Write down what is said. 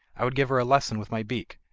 i would give her a lesson with my beak.